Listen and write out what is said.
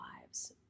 lives